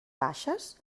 baixes